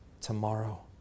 tomorrow